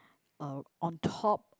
uh on top